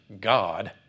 God